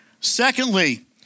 Secondly